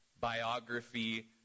biography